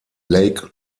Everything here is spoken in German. lake